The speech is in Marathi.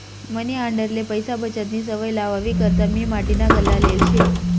मनी आंडेरले पैसा बचतनी सवय लावावी करता मी माटीना गल्ला लेयेल शे